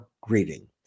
greeting